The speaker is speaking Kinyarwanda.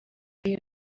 y’u